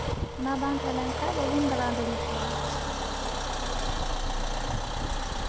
ᱚᱱᱟ ᱵᱟᱝ ᱛᱟᱦᱮᱸ ᱞᱮᱱ ᱠᱷᱟᱡ ᱵᱟᱵᱚᱱ ᱫᱟᱬᱟ ᱫᱟᱲᱮ ᱠᱮᱭᱟ